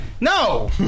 no